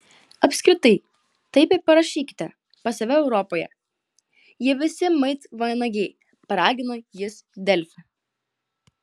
apskritai taip ir parašykite pas save europoje jie visi maitvanagiai paragino jis delfi